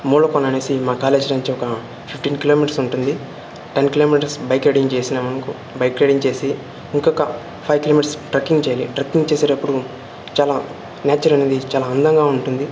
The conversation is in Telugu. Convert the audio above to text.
మూలకోన అనేసి మా కాలేజ్ నుంచి ఒక ఫిఫ్టీన్ కిలోమీటర్స్ ఉంటుంది టెన్ కిలోమీటర్స్ బైక్ రైడింగ్ చేసినామనుకో బైక్ రైడింగ్ చేసి ఇంకొక ఫైవ్ కిలోమీటర్స్ ట్రెక్కింగ్ చెయ్యాలి ట్రెక్కింగ్ చేసేటప్పుడు చాల నేచర్ అనేది చాలా అందంగా ఉంటుంది